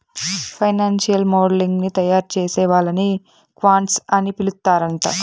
financial modelling ని తయారుచేసే వాళ్ళని క్వాంట్స్ అని పిలుత్తరాంట